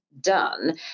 done